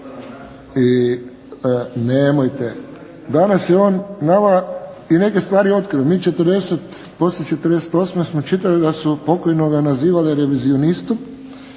i nemojte, danas je on nama i neke stvari otkrio. Mi, poslije '48. smo čitali da su pokojnoga nazivali revizionistu,